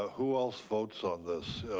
ah who else votes on this?